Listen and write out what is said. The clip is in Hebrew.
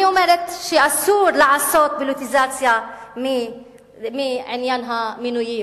אני אומרת שאסור לעשות פוליטיזציה מעניין המינויים,